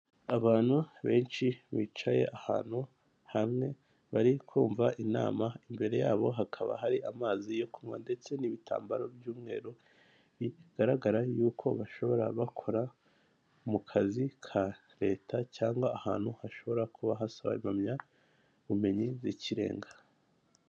Abantu benshi bicaye ahantu hamwe bari kumva inama imbere yabo hakaba hari amazi yo kunywa ndetse n'ibitambaro by'umweru bigaragara yuko bashobora bakora mu kazi ka leta cyangwa ahantu hashobora kuba hasaba impamyabumenyi z'ikirenga.